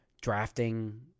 drafting